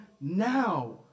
now